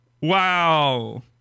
Wow